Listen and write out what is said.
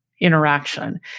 interaction